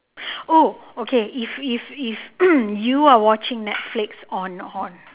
oh okay if if if you are watching netflix on on